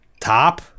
top